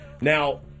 Now